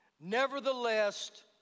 Nevertheless